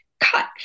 cut